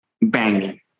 banging